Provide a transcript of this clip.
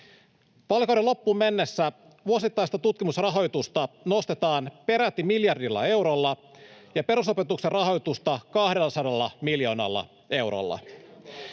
Vaalikauden loppuun mennessä vuosittaista tutkimusrahoitusta nostetaan peräti miljardilla eurolla ja perusopetuksen rahoitusta 200 miljoonalla eurolla.